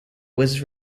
was